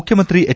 ಮುಖ್ಯಮಂತ್ರಿ ಎಚ್